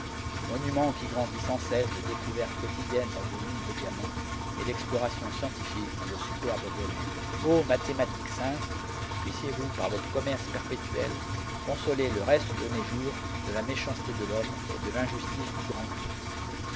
monument qui grandit sans cesse de découvertes quotidiennes dans vos mines de diamant et d'explorations scientifiques dans vos superbes domaines o mathématiques saintes puissiez-vous par votre commerce perpétuel consoler le reste de mes jours de la méchanceté de l'homme et de l'injustice du grand tout o